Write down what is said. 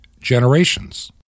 generations